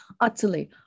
utterly